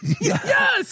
Yes